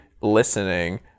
listening